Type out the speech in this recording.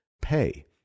pay